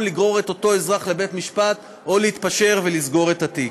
לגרור את אותו אזרח לבית-משפט או להתפשר ולסגור את התיק.